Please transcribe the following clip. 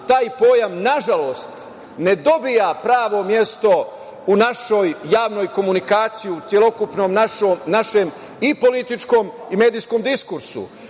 taj pojam nažalost ne dobija pravo mesto u našoj javnoj komunikaciji, u celokupnom našem i političkom i medijskom diskursu,